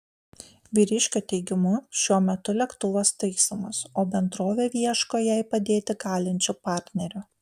vyriškio teigimu šiuo metu lėktuvas taisomas o bendrovė ieško jai padėti galinčių partnerių